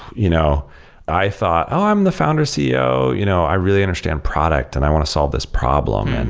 you know i thought, oh! i'm the founder ceo. you know i really understand product, and i want to solve this problem. and